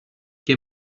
και